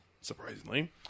surprisingly